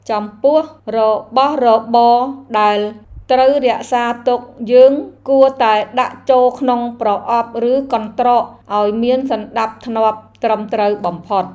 ចំពោះរបស់របរដែលត្រូវរក្សាទុកយើងគួរតែដាក់ចូលក្នុងប្រអប់ឬកន្ត្រកឱ្យមានសណ្តាប់ធ្នាប់ត្រឹមត្រូវបំផុត។